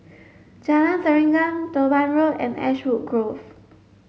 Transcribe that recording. Jalan Serengam Durban Road and Ashwood Grove